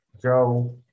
Joe